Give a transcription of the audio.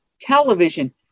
television